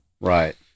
Right